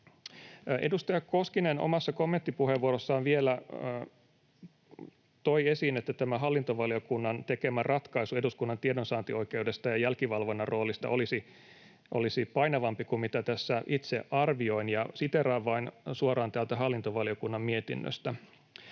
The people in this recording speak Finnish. Edustaja Koskinen omassa kommenttipuheenvuorossaan vielä toi esiin, että tämä hallintovaliokunnan tekemä ratkaisu eduskunnan tiedonsaantioikeudesta ja jälkivalvonnan roolista olisi painavampi kuin mitä tässä itse arvioin. Siteeraan vain suoraan täältä hallintovaliokunnan mietinnöstä: